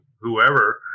whoever